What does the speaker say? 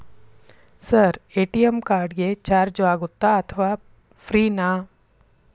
Sir ATM card ಗೆ charge ಆಗುತ್ತಾ ಅಥವಾ ಫ್ರೇ ನಾ?